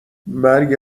مرگ